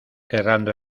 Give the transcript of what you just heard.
errando